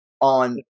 On